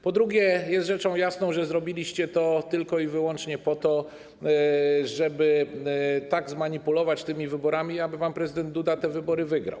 Po drugie, jest rzeczą jasną, że zrobiliście to wyłącznie po to, żeby tak zmanipulować tymi wyborami, aby pan prezydent Duda te wybory wygrał.